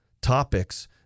topics